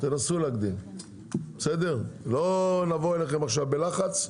לא נבוא אליכם בלחץ,